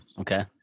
Okay